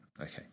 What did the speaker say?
Okay